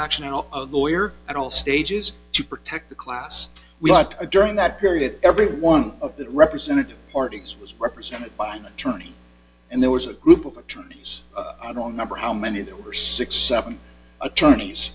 action all lawyer at all stages to protect the class we've got a during that period every one of the representative parties was represented by an attorney and there was a group of attorneys i don't know how many there were six seven attorneys